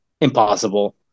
impossible